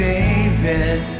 David